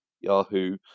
Yahoo